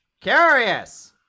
Curious